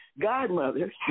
godmother